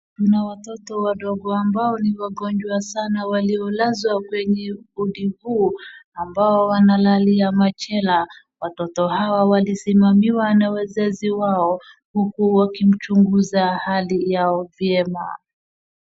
Kuna watoto wadogo ambao ni wagonjwa sana waliolazwa kwenye wodi huu ambao wanalalia machela. Watoto hao walisimamiwa na wazazi wao uku wakimchuguza hali yao vyema.